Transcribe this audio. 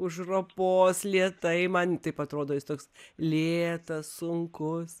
už ropos lėtai man taip atrodo jis toks lėtas sunkus